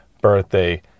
birthday